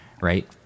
Right